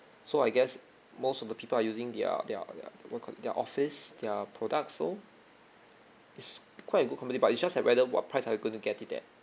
so I guess most of the people are using their their their what d'ya call it their office their products so it's quite a good company but it just that whether what price are you gonna get it at